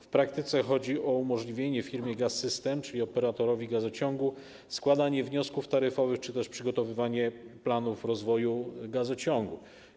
W praktyce chodzi o umożliwienie firmie Gaz-System, czyli operatorowi gazociągu, składania wniosków taryfowych czy też przygotowywania planów rozwoju gazociągu.